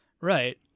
Right